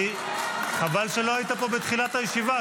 חבל שלא היית פה בתחילת הישיבה,